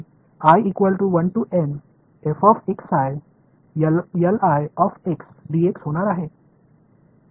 तर ते होणार आहे ठीक आहे